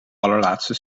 allerlaatste